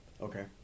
Okay